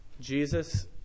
Jesus